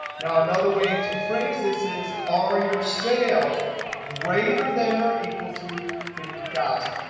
now, another way to phrase this is, are your sales greater than or equal to fifty thousand